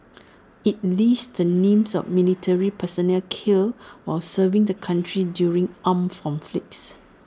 IT lists the names of military personnel killed while serving the country during armed conflicts